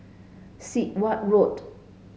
Sit Wah Road